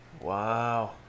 Wow